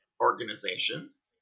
organizations